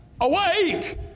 Awake